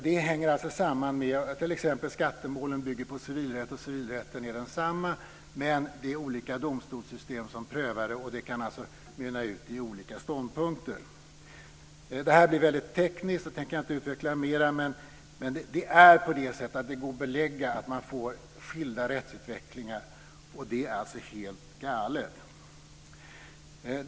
Det hänger samman med t.ex. skattemålen som bygger på civilrätt. Civilrätten är densamma men det är olika domstolssystem som prövar frågorna och det kan mynna ut i olika ståndpunkter. Det här blir väldigt tekniskt och det tänker jag inte utveckla mer, men det går att belägga att man får skilda rättsutvecklingar, och det är helt galet.